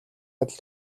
адил